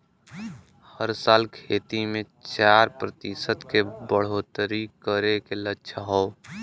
हर साल खेती मे चार प्रतिशत के बढ़ोतरी करे के लक्ष्य हौ